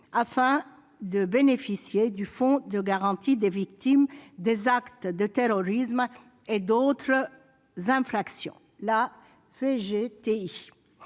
afin de bénéficier du Fonds de garantie des victimes des actes de terrorisme et d'autres infractions, le FGTI.